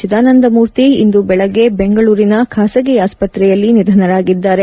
ಚಿದಾನಂದ ಮೂರ್ತಿ ಇಂದು ಬೆಳಗ್ಗೆ ಬೆಂಗಳೂರಿನ ಬಾಸಗಿ ಆಸ್ಪತ್ರೆಯಲ್ಲಿ ನಿಧನರಾಗಿದ್ದಾರೆ